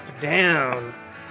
down